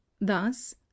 Thus